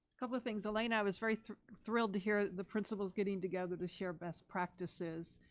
couple of things elena, i was very thrilled to hear the principals getting together to share best practices.